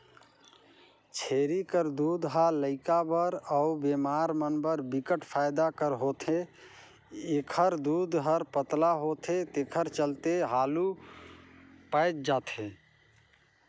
छेरी कर दूद ह लइका बर अउ बेमार मन बर बिकट फायदा कर होथे, एखर दूद हर पतला होथे तेखर चलते हालु पयच जाथे